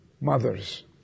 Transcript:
Mothers